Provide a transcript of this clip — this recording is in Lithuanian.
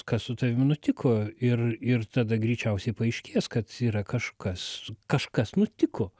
kas su tavimi nutiko ir ir tada greičiausiai paaiškės kad yra kažkas kažkas nutiko